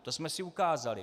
To jsme si ukázali.